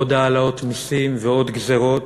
עוד העלאות מסים ועוד גזירות